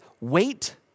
wait